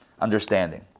understanding